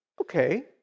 Okay